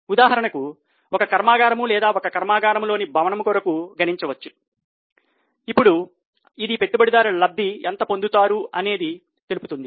ఉదాహరణకు ఒక కర్మాగారం లేదా ఒక కర్మాగారం లోని భవనము కొరకు గణించవచ్చు ఇప్పుడు ఇది పెట్టుబడిదారులకు లబ్ధి ఎంత పొందుతారని తెలుపుతుంది